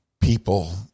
people